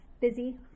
busy